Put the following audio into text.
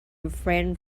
refrain